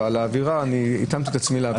אבל אני התאמתי את עצמי לאווירה.